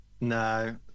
no